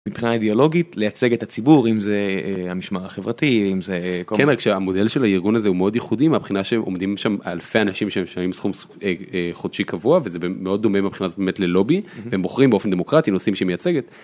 מבחינה אידאולוגית לייצג את הציבור אם זה המשמר החברתי אם זה המודל של הארגון הזה הוא מאוד ייחודי מהבחינה שהם עומדים שם אלפי אנשים שמשלמים סכום חודשי קבוע וזה מאוד דומה מבחינת לובי הם בוחרים באופן דמוקרטי נושאים שמייצגת.